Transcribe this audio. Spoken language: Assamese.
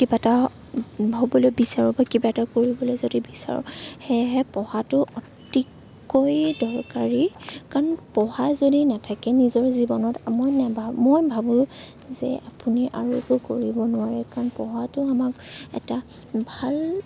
কিবা এটা হ'বলৈ বিচাৰোঁ বা কিবা এটা কৰিবলৈ যদি বিচাৰোঁ সেয়েহে পঢ়াটো অতিকৈ দৰকাৰী কাৰণ পঢ়া যদি নেথাকে নিজৰ জীৱনত মই নেভাবোঁ মই ভাবোঁ যে আপুনি আৰু একো কৰিব নোৱাৰে কাৰণ পঢ়াটো আমাক এটা ভাল